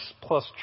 plus